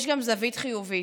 יש גם זווית חיובית,